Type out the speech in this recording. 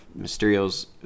Mysterio's